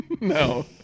No